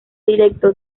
directo